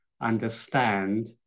understand